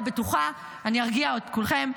אני ארגיע את כולכם,